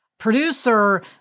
producer